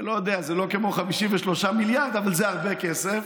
לא יודע, זה לא כמו 53 מיליארד, אבל זה הרבה כסף.